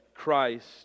Christ